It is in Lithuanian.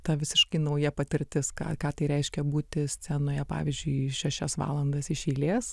ta visiškai nauja patirtis ką ką tai reiškia būti scenoje pavyzdžiui šešias valandas iš eilės